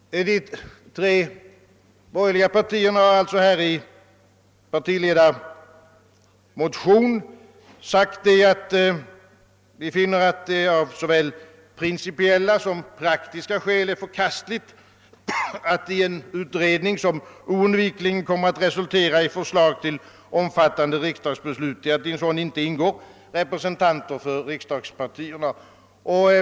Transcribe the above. De tre borgerliga partierna har i en partimotion sagt, att vi finner att det av såväl principiella som praktiska skäl är förkastligt att det i en utredning, som oundvikligen kommer att resultera i förslag till omfattande riksdagsbeslut, inte ingår representanter för riksdagspartierna.